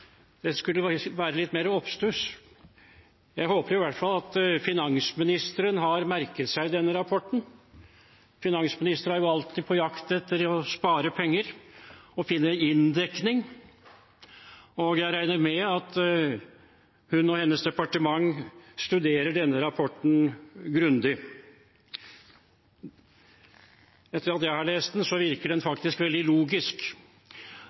finansministeren har merket seg denne rapporten. Finansministre er jo alltid på jakt etter å spare penger og finne inndekning, og jeg regner med at hun og hennes departement studerer denne rapporten grundig. Etter at jeg har lest den, virker det faktisk veldig logisk.